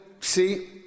see